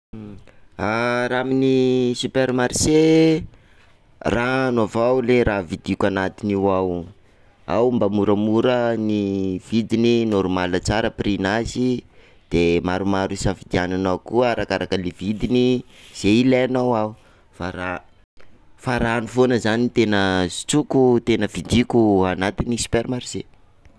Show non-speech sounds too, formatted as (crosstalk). (hesitation) Raha amin'ny supermarché, rano avao ley raha vidiko anatin'io ao, ao mba moramora ny vidiny, normal tsara prixn'azy de maromaro isafidianana koa arakaraka le vidiny zay ilainao ao, fa ra- fa rano foana zany no tena sotroiko- vidiko anatin'ny supermarché.